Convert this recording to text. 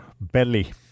belly